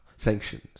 Sanctions